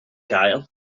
gael